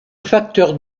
facteur